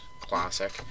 classic